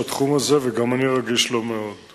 שלא ראו את יקיריהם זמן רב.